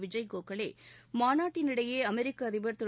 விஜய் கோகலே மாநாட்டினிடையே அமெரிக்க அதிபர் திரு